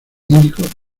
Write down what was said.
índico